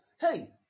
hey